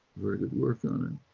very good work on it.